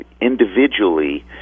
individually